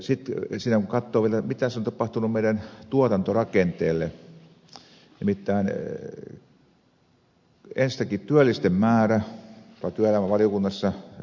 sitten kun katsoo vielä mitä on tapahtunut meidän tuotantorakenteelle nimittäin enstäinkin työllisten määrä tuolla työelämävaliokunnassa ed